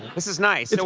this is nice. you know